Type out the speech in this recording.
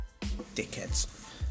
Dickheads